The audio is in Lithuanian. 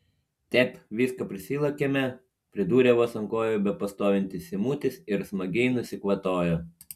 tep visko prisilakėme pridūrė vos ant kojų bepastovintis simutis ir smagiai nusikvatojo